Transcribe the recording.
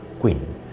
queen